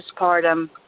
postpartum